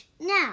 now